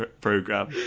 program